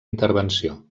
intervenció